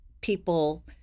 people